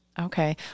okay